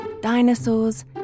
dinosaurs